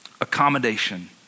accommodation